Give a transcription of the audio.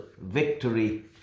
victory